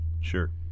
sure